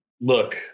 look